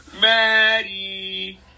Maddie